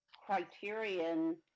criterion